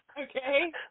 Okay